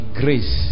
grace